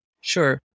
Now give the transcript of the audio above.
Sure